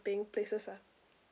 places lah